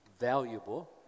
valuable